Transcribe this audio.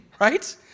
right